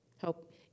Help